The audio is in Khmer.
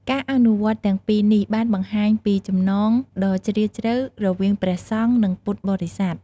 ការអនុវត្តន៍ទាំងពីរនេះ បានបង្ហាញពីចំណងដ៏ជ្រាលជ្រៅរវាងព្រះសង្ឃ និងពុទ្ធបរិស័ទ។